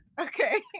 Okay